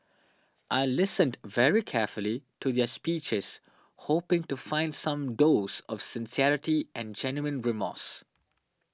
I listened very carefully to their speeches hoping to find some dose of sincerity and genuine remorse